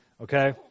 Okay